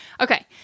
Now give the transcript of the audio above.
Okay